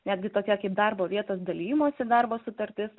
netgi tokie kaip darbo vietos dalijimosi darbo sutartis